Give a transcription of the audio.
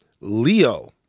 Leo